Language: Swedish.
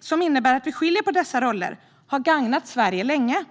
som innebär att vi skiljer på dessa roller har gagnat Sverige länge.